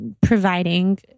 providing